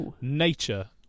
nature